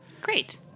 Great